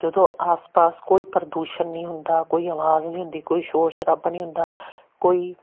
ਜਦੋਂ ਆਸ ਪਾਸ ਕੋਈ ਪ੍ਰਦੂਸ਼ਣ ਨਹੀਂ ਹੁੰਦਾ ਕੋਈ ਆਵਾਜ਼ ਨਹੀਂ ਹੁੰਦੀ ਕੋਈ ਸ਼ੋਰ ਸ਼ਰਾਬਾ ਨਹੀਂ ਹੁੰਦਾ ਕੋਈ